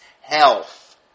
health